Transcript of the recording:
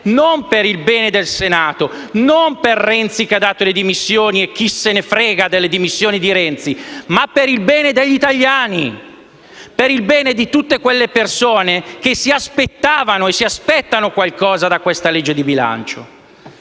non per il bene del Senato, non per Renzi che ha dato le dimissioni (e chi se ne frega delle sue dimissioni), ma per il bene degli italiani, per il bene di tutte quelle persone che si aspettavano e si aspettano qualcosa da questo disegno di legge di bilancio